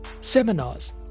seminars